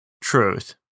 truth